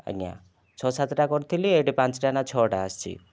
ଆଜ୍ଞା ଛଅ ସାତଟା କରିଥିଲି ଏଠି ପାଞ୍ଚଟା ନା ଛଅଟା ଆସିଛି